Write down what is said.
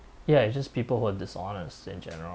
ya it's just people who are dishonest in general